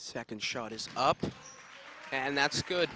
second shot is up and that's a good